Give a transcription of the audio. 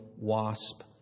wasp